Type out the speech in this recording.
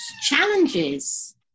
challenges